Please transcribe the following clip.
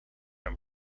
him